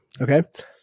Okay